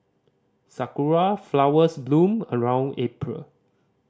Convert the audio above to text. sakura flowers bloom around April